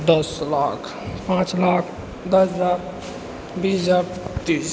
दस लाख पाँच लाख दस हजार बीस हजार तीस